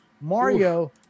mario